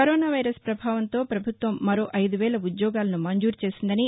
corona virus ప్రభావంతో ప్రభుత్వం మరో అయిదు వేల ఉద్యోగాలను మంజూరు చేసిందని